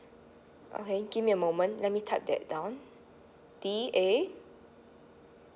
okay give me a moment let me type that down D A